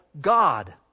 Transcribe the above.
God